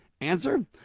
Answer